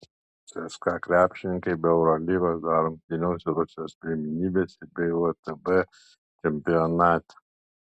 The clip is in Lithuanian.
cska krepšininkai be eurolygos dar rungtyniaus ir rusijos pirmenybėse bei vtb čempionate